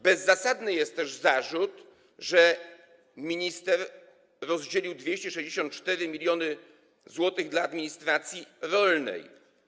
Bezzasadny jest też zarzut, że minister rozdzielił 264 mln zł dla administracji rolnej.